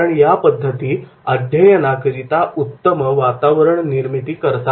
कारण या पद्धती अध्ययनाकरीता उत्तम वातावरण निर्मिती करतात